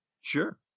Sure